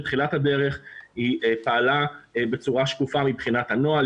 בתחילת הדרך היא פעלה בצורה שקופה מבחינת הנוהל,